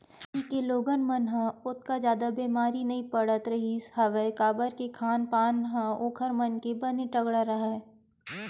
पहिली के लोगन मन ह ओतका जादा बेमारी नइ पड़त रिहिस हवय काबर के खान पान ह ओखर मन के बने तगड़ा राहय